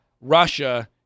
Russia